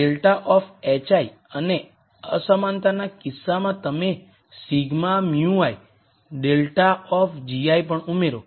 ∇ of hi અને અસમાનતાના કિસ્સામાં તમે σ μi ∇ ઓફ gi પણ ઉમેરો